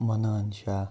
Manan Shah